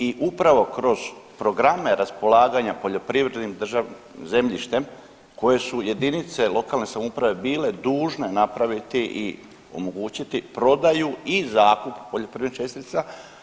I upravo kroz programe raspolaganja poljoprivrednim državnim zemljištem koje su jedinice lokalne samouprave bile dužne napraviti i omogućiti prodaju i zakup poljoprivrednih čestica.